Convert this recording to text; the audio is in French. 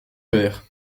père